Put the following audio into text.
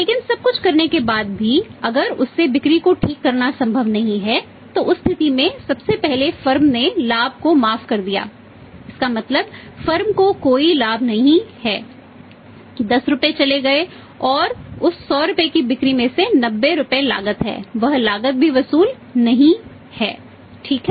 लेकिन सब कुछ करने के बाद भी अगर उससे बिक्री को ठीक करना संभव नहीं है तो उस स्थिति में सबसे पहले फर्म को कोई लाभ नहीं है कि 10 रुपये चले गए हैं और उस 100 रुपये की बिक्री में से 90 रुपये लागत है वह लागत भी वसूली नहीं है ठीक है